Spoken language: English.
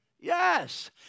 yes